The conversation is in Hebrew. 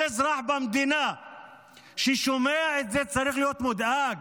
כל אזרח במדינה ששומע את זה צריך להיות מודאג.